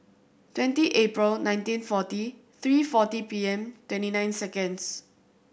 twenty April nineteen forty three forty P M twenty nine seconds